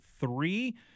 three